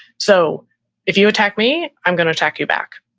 so if you attack me, i'm going to attack you back.